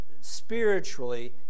spiritually